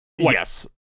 Yes